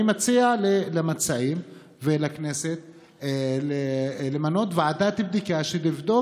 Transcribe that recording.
אני מציע למציעים ולכנסת למנות ועדת בדיקה שתבדוק